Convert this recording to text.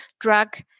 drug